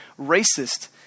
racist